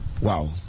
Wow